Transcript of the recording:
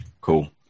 Cool